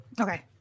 Okay